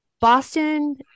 Boston